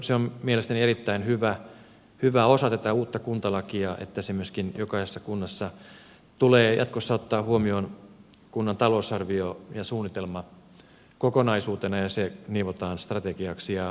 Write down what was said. se on mielestäni erittäin hyvä osa tätä uutta kuntalakia että se myöskin jokaisessa kunnassa tulee jatkossa ottaa huomioon kunnan talousarvio ja suunnitelmakokonaisuutena ja se nivotaan strategiaksi